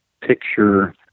picture